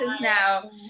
now